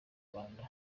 rwanda